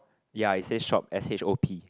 ya it says shop S_H_O_P